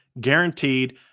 guaranteed